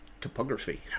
topography